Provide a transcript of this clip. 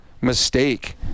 mistake